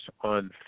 on